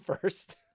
first